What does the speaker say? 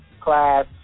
class